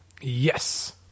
yes